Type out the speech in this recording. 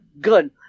good